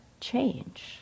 change